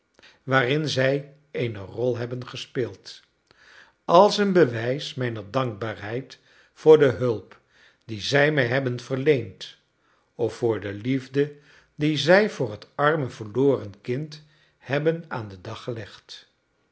waarin zij eene rol hebben gespeeld als een bewijs mijner dankbaarheid voor de hulp die zij mij hebben verleend of voor de liefde die zij voor het arme verloren kind hebben aan den dag gelegd